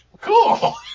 Cool